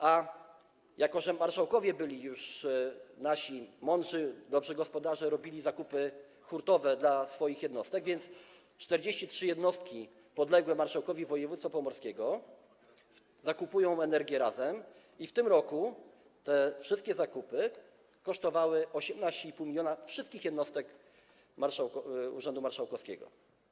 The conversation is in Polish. A jako że nasi marszałkowie byli już mądrzy, to dobrzy gospodarze, robili zakupy hurtowe dla swoich jednostek, to 43 jednostki podległe marszałkowi województwa pomorskiego zakupują energię razem i w tym roku wszystkie zakupy kosztowały 18,5 mln dla wszystkich jednostek urzędu marszałkowskiego.